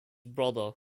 brother